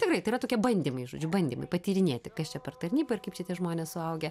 tikrai tai yra tokie bandymai žodžiu bandymai patyrinėti kas čia per tarnyba ir kaip čia tie žmonės suaugę